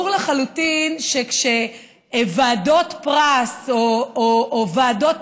ברור לחלוטין שכשאין נשים בוועדות פרס או ועדות